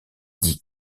dit